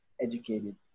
educated